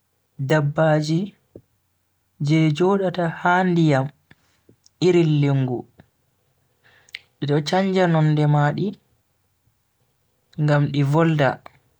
Dabbaji je jodaata ha ndiyam irin lingu, di do chanja nonde madi ngam di volda.